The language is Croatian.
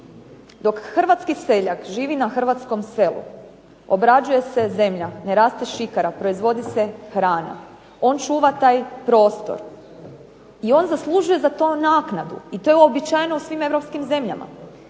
Dok hrvatski seljak živi na hrvatskom selu, obrađuje se zemlja, ne raste šikara, proizvodi se hrana, on čuva taj prostor, i on zaslužuje za to naknadu i to je uobičajeno u svim europskim zemljama.